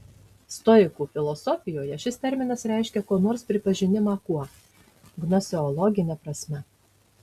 stoikų filosofijoje šis terminas reiškia ko nors pripažinimą kuo gnoseologine prasme